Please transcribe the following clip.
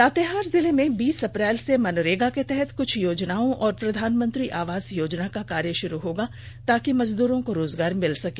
लातेहार जिले में बीस अप्रैल से मनरेगा के तहत क्छ योजनाओं और प्रधानमंत्री आवास योजना का कार्य शुरू होगा ताकि मजदूरो को रोजगार मिल सके